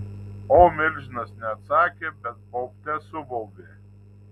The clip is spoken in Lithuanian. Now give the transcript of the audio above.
o milžinas ne atsakė bet baubte subaubė